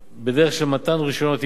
בדרך של מתן רשיונות ייבוא,